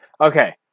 Okay